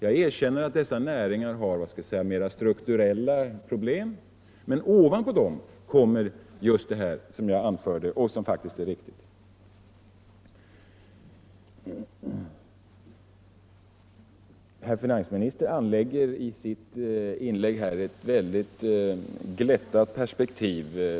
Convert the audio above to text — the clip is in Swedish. Jag erkänner att dessa näringar har mera strukturella problem, men ovanpå dessa problem kommer det som jag har pekat på och som faktiskt är riktigt. Herr finansministern anlägger i sitt anförande ett mycket glättat perspektiv.